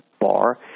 bar